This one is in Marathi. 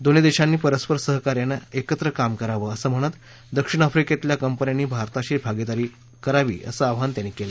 दोन्ही देशांनी परस्पर सहकार्यानं एकत्र काम करावं असं म्हणत दक्षिण आफ्रीकेतल्या कंपन्यांनी भारताशी भागिदारी करावी असं आवाहनही त्यांनी व्यक्त केलं